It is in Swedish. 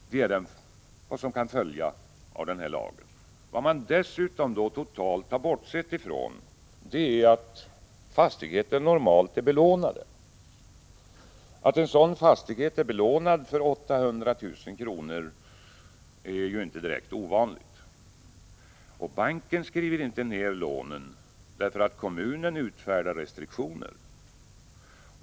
Vad man dessutom totalt har bortsett ifrån är att fastigheter normalt är belånade. Att en sådan fastighet är belånad för 800 000 kr. är ju inte direkt ovanligt. Banken skriver inte ner lånen därför att kommunen utfärdar restriktioner.